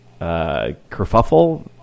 kerfuffle